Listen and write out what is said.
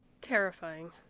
Terrifying